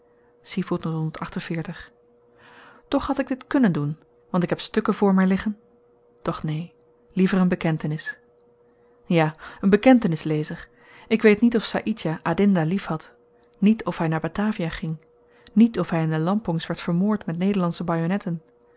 toch had ik dit kùnnen doen want ik heb stukken voor my liggen doch neen liever een bekentenis ja een bekentenis lezer ik weet niet of saïdjah adinda lief had niet of hy naar batavia ging niet of hy in de lampongs werd vermoord met nederlandsche